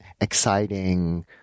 exciting